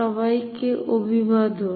সবাইকে অভিবাদন